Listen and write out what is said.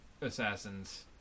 assassins